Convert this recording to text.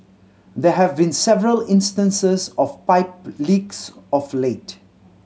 there have been several instances of pipe leaks of late